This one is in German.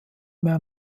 mehr